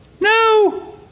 No